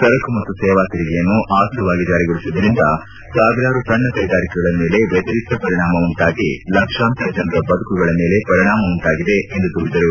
ಸರಕು ಮತ್ತು ಸೇವಾ ತೆರಿಗೆಯನ್ನು ಆತುರವಾಗಿ ಜಾರಿಗೊಳಿಸಿದ್ದರಿಂದ ಸಾವಿರಾರು ಸಣ್ಣ ಕೈಗಾರಿಕೆಗಳ ಮೇಲೆ ವ್ಯತಿರಿಕ್ತ ಪರಿಣಾಮ ಉಂಟಾಗಿ ಲಕ್ಷಾಂತರ ಜನರ ಬದುಕುಗಳ ಮೇಲೆ ಪರಿಣಾಮ ಉಂಟಾಗಿದೆ ಎಂದು ದೂರಿದರು